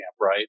Right